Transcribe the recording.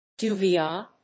Duvia